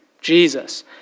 Jesus